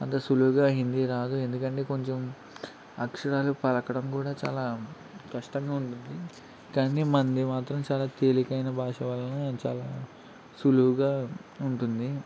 అంత సులువుగా హిందీ రాదు ఎందుకంటే కొంచెం అక్షరాలు పలకడం కూడా చాలా కష్టంగా ఉంటుంది కానీ మనది మాత్రం చాలా తేలికైన భాష వలన చాలా సులువుగా ఉంటుంది